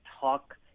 talk